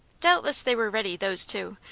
doubtless they were ready, those two,